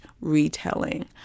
retelling